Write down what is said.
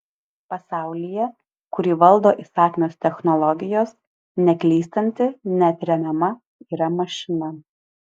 pasaulyje kurį valdo įsakmios technologijos neklystanti neatremiama yra mašina